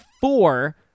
four